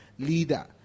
Leader